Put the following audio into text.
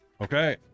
Okay